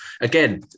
again